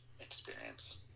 experience